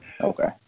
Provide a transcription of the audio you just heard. Okay